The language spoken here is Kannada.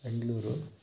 ಬೆಂಗಳೂರು